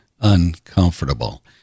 uncomfortable